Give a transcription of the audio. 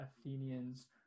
athenians